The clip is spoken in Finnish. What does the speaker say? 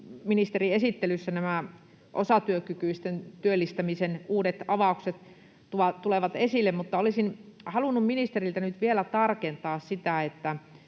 ministerin esittelyssä nämä osatyökykyisten työllistämisen uudet avaukset tulivat esille. Mutta olisin halunnut ministeriltä nyt vielä tarkentaa sitä, millä